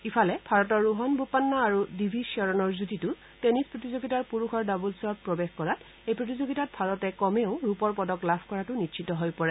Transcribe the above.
ইফালে ভাৰতৰ ৰোহন বোপান্না আৰু ডিভিজ শ্বৰণৰ যুটীটো টেনিছ প্ৰতিযোগিতাৰ পুৰুষৰ ডাবলছত প্ৰৱেশ কৰাত এই প্ৰতিযোগিতাত ভাৰতে কমেও ৰূপৰ পদক লাভ কৰাটো নিশ্চিত হৈ পৰে